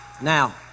Now